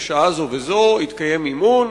בשעה זו וזו יתקיים אימון,